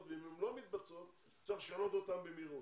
ואם הן לא מתבצעות צריך לשנות אותן במהירות,